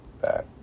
back